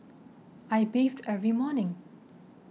I bathe every morning